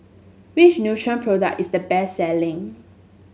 which Nutren product is the best selling